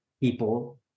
people